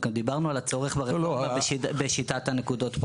וגם דיברנו על הצורך ברפורמה בשיטת הנקודות.